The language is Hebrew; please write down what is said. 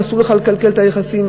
אסור לך לקלקל את היחסים,